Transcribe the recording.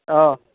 অঁ